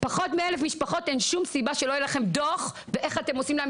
פחות מאלף משפחות אין שום סיבה שלא יהיה לכם דו"ח איך אתם עושים להם